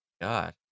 God